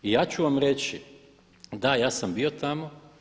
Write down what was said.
I ja ću vam reći da, ja sam bio tamo.